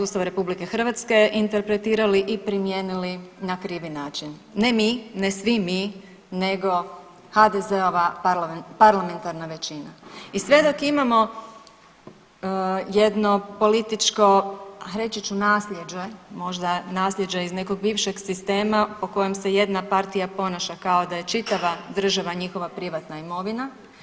Ustava RH interpretirali i primijenili na krivi način, ne mi, ne svi mi nego HDZ-ova parlamentarna većina i sve dok imamo jedno političko reći ću naslijeđe, možda naslijeđe iz nekog bivšeg sistema po kojem se jedna partija ponaša kao da je čitava država njihova privatna imovina.